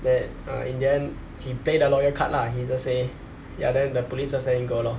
that uh indian he play the lawyer card lah he just say ya then the police just let him go lor